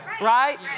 Right